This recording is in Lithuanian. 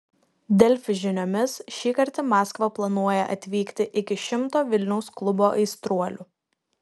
delfi žiniomis šįkart į maskvą planuoja atvykti iki šimto vilniaus klubo aistruolių